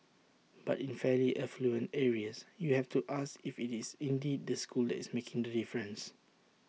but in fairly affluent areas you have to ask if IT is indeed the school that is making the difference